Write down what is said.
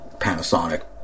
Panasonic